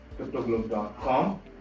cryptoglobe.com